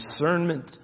discernment